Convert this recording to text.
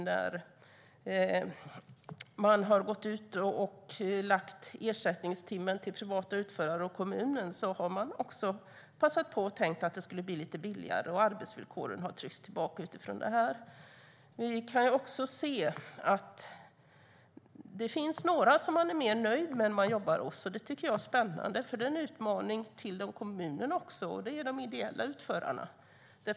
När man har gått ut och lagt ersättningstimmen till privata utförare och kommunen har man också passat på att tänka att det skulle bli lite billigare. Utifrån det har arbetsvillkoren tryckts tillbaka. Vi kan också se att det finns några man jobbar hos som man är mer nöjd med - de ideella utförarna. Det tycker jag är spännande, och det är en utmaning för kommunerna.